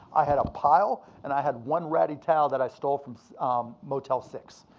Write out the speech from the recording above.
i had a pile and i had one ratty towel that i stole from motel six.